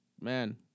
man